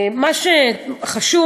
מה שחשוב,